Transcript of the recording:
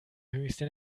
höchste